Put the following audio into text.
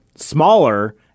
smaller